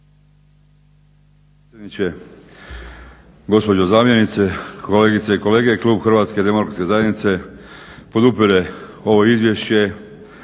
Hrvatske demokratske zajednice podupire ovo izvješće